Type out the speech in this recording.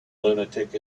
lunatic